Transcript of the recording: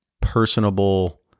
personable